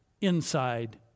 inside